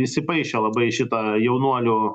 įsipaišė labai į šitą jaunuolių